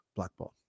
Blackball